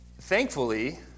thankfully